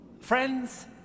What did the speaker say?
Friends